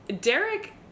Derek